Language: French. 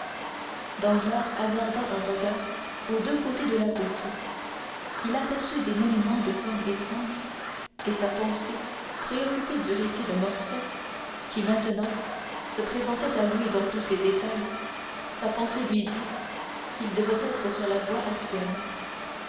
danglars hasarda un regard aux deux côtés de la route il aperçut des monuments de forme étrange et sa pensée préoccupée du récit de morcerf qui maintenant se présentait à lui dans tous ses détails sa pensée lui dit qu'il devait être sur la voie appienne à